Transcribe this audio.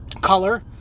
color